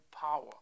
power